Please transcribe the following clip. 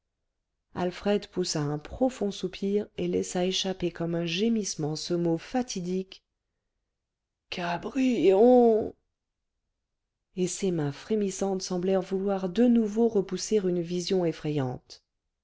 alfred poussa un profond soupir et laissa échapper comme un gémissement ce mot fatidique cabrion et ses mains frémissantes semblèrent vouloir de nouveau repousser une vision effrayante